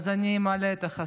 אז אני אמלא את החסר.